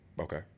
Okay